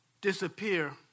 disappear